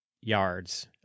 yards